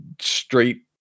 straight